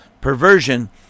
perversion